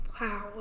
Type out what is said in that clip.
Wow